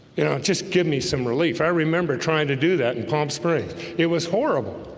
you know, just give me some relief i remember trying to do that in palm springs it was horrible,